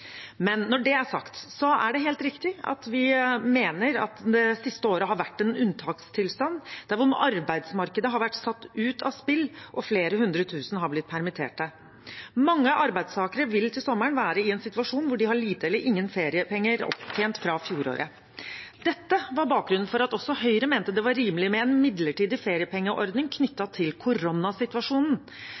Men når det er sagt, er det helt riktig at vi mener at det siste året har vært en unntakstilstand, hvor arbeidsmarkedet har vært satt ut av spill og flere hundre tusen har blitt permitterte. Mange arbeidstakere vil til sommeren være i en situasjon hvor de har lite eller ingen feriepenger opptjent fra fjoråret. Dette var bakgrunnen for at også Høyre mente det var rimelig med en midlertidig feriepengeordning knyttet til koronasituasjonen.